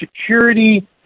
security